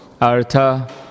Artha